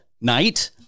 Night